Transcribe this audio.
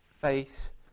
face